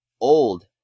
old